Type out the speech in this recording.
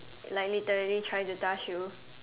like literally try to touch you